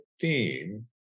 theme